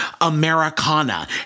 Americana